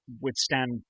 withstand